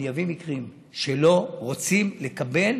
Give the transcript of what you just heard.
אני אביא מקרים שלא רוצים לקבל,